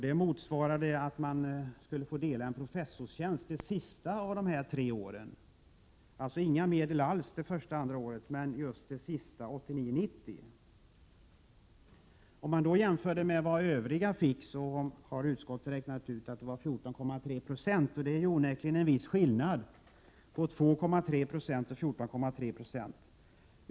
Detta skulle motsvara en delad professorstjänst under det sista av de tre aktuella åren — alltså inga medel alls under de första två åren utan bara under 1989/90. Enligt vad utskottet har räknat ut har den övriga forskningsverksamheten fått 14,3 90. Det är onekligen en viss skillnad mellan 2,3 70 och 14,3 Ze!